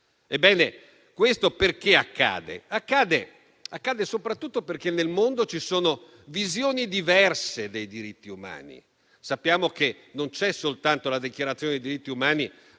Ebbene, questo perché accade? Accade soprattutto perché nel mondo ci sono visioni diverse dei diritti umani. Sappiamo che non c'è soltanto la Dichiarazione universale dei diritti umani,